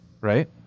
right